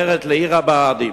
סרפנד, תעבור לעיר הבה"דים.